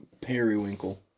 Periwinkle